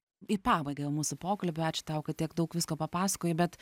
į pabaigą jau mūsų pokalbiui ačiū tau kad tiek daug visko papasakojai bet